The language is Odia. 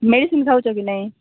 ମେଡିସିନ ଖାଉଛ କି ନାଇଁ